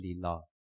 love